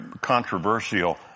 controversial